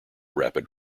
rapid